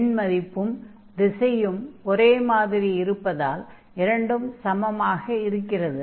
எண்மதிப்பும் திசையும் ஒரே மாதிரி இருப்பதால் இரண்டும் சமமாக இருக்கிறது